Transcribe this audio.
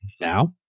Now